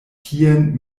tien